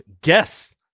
guess